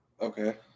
Okay